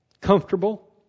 comfortable